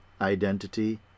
identity